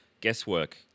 guesswork